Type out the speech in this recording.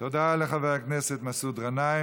תודה לחבר הכנסת מסעוד גנאים.